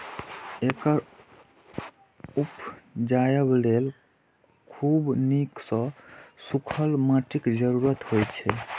एकरा उपजाबय लेल खूब नीक सं सूखल माटिक जरूरत होइ छै